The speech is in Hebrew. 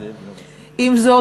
עם זאת,